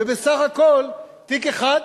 ובסך הכול תיק אחד,